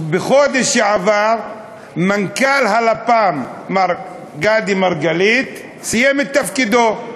בחודש שעבר מנכ"ל הלפ"מ מר גדי מרגלית סיים את תפקידו,